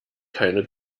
keine